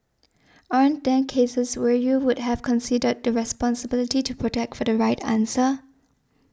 aren't there cases where you would have considered the responsibility to protect for the right answer